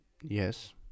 Yes